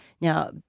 Now